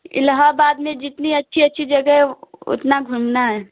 इलाहाबाद में जितनी अच्छी अच्छी जगह है उतना घूमना है